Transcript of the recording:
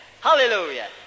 Hallelujah